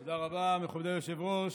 תודה רבה, מכובדי היושב-ראש.